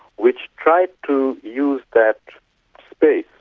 which tried to use that space